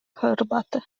herbatę